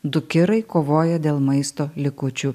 du kirai kovoja dėl maisto likučių